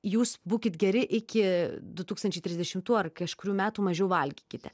jūs būkit geri iki du tūkstančiai tridešimtų ar kažkurių metų mažiau valgykite